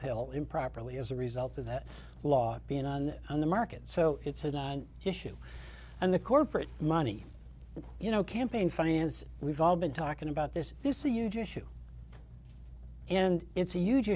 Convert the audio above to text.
pill improperly as a result of that law being on the market so it's an issue and the corporate money and you know campaign finance we've all been talking about this this is a huge issue and it's a huge